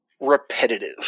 repetitive